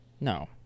No